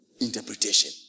interpretation